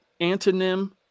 antonym